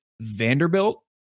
Vanderbilt